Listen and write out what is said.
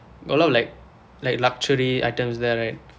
a lot of like like luxury items there right